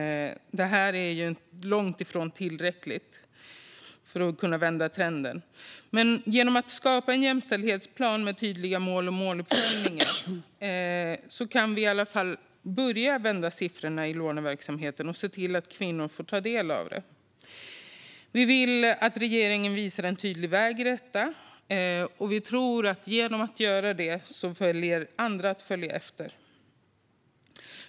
Det här är långt ifrån tillräckligt för att kunna vända trenden. Men genom att skapa en jämställdhetsplan med tydliga mål och måluppföljningar kan vi i alla fall börja vända siffrorna i låneverksamheten och se till att kvinnor får ta del av den. Vi vill att regeringen visar en tydlig väg i detta. Om regeringen gör det tror vi att andra kommer att följa efter.